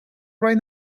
right